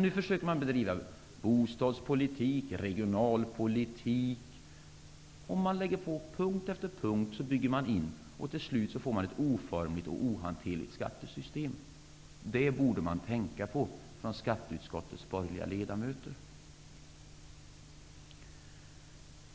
Nu försöker man bedriva bostadspolitik och regionalpolitik. Man lägger till punkt efter punkt, och till slut får man ett oformligt och ohanterligt skattesystem. Det borde skatteutskottets borgerliga ledamöter tänka